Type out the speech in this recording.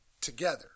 together